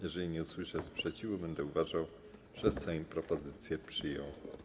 Jeżeli nie usłyszę sprzeciwu, będę uważał, że Sejm propozycję przyjął.